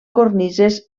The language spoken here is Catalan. cornises